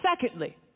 Secondly